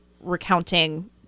recounting